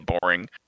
boring